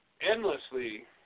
endlessly